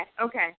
okay